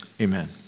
Amen